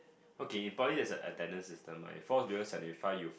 okay in poly there's a attendance system like if falls below seventy five you